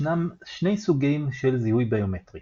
ישנם שני סוגים של זיהוי ביומטרי